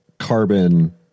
carbon